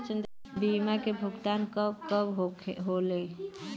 बीमा के भुगतान कब कब होले?